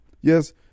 Yes